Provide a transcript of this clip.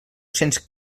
cents